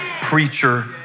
Preacher